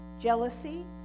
jealousy